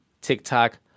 TikTok